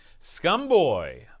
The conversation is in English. Scumboy